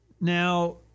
Now